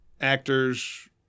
actors